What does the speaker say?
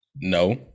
No